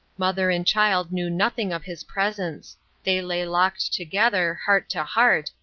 mother and child knew nothing of his presence they lay locked together, heart to heart,